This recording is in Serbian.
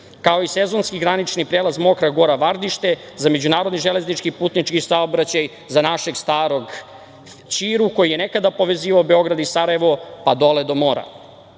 kao i sezonski granični prelaz Mokra Gora – Vardište, za međunarodni železnički putnički saobraćaj, za našeg starog „Ćiru“ koji je nekada povezivao Beograd i Sarajevo, pa dole do